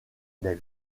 des